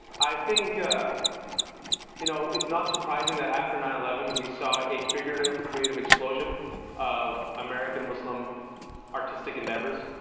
i think um you know it's not surprising that after nine eleven, we saw a figurative creative explosion of american muslim artistic endeavors.